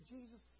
Jesus